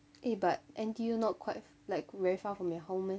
eh but N_T_U not quite like very far from your home eh